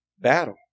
Battle